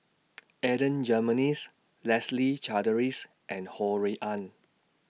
Adan Jimenez Leslie Charteris and Ho Rui An